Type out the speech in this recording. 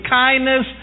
kindness